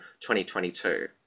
2022